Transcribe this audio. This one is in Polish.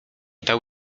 dał